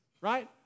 right